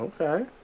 Okay